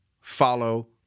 follow